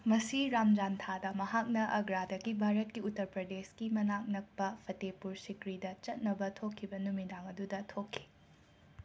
ꯃꯁꯤ ꯔꯝꯖꯥꯟ ꯊꯥꯗ ꯃꯍꯥꯛꯅ ꯑꯒ꯭ꯔꯥꯗꯒꯤ ꯚꯥꯔꯠꯀꯤ ꯎꯠꯇꯔ ꯄ꯭ꯔꯗꯦꯁꯀꯤ ꯃꯅꯥꯛ ꯅꯛꯄ ꯐꯇꯦꯍꯄꯨꯔ ꯁꯤꯀ꯭ꯔꯤꯗ ꯆꯇꯅꯕ ꯊꯣꯛꯈꯤꯕ ꯅꯨꯃꯤꯗꯥꯡ ꯑꯗꯨꯗ ꯊꯣꯛꯈꯤ